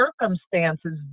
circumstances